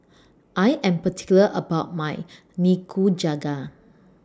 I Am particular about My Nikujaga